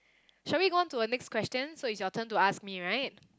shall we go on to a next question so it's your turn to ask me right